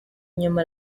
nyuma